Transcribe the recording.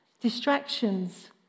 Distractions